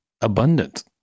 abundant